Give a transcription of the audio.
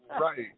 Right